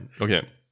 Okay